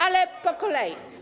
Ale po kolei.